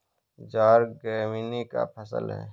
ज्वार ग्रैमीनी का फसल है